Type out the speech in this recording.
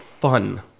fun